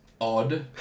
odd